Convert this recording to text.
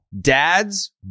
dads